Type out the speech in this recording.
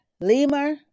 Lemur